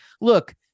Look